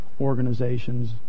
organizations